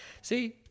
See